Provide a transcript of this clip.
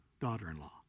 daughter-in-law